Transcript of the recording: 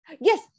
Yes